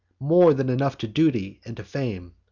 more than enough to duty and to fame.